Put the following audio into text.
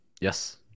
Yes